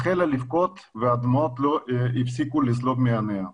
החלה לבכות והדמעות לא הפסיקו לזלוג מעיניה.